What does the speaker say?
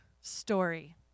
story